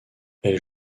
elle